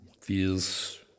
Feels